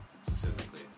specifically